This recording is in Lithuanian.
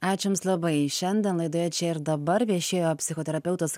ačiū jums labai šiandien laidoje čia ir dabar viešėjo psichoterapeutas